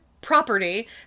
property